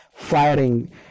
Firing